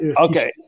Okay